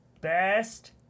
Best